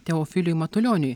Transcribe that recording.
teofiliui matulioniui